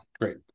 Great